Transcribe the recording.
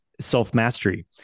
self-mastery